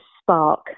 spark